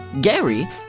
Gary